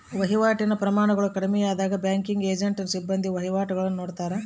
ವಹಿವಾಟಿನ ಪ್ರಮಾಣಗಳು ಕಡಿಮೆಯಾದಾಗ ಬ್ಯಾಂಕಿಂಗ್ ಏಜೆಂಟ್ನ ಸಿಬ್ಬಂದಿ ವಹಿವಾಟುಗುಳ್ನ ನಡತ್ತಾರ